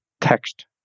text